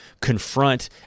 confront